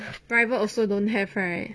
private also don't have right